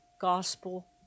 gospel